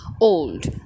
old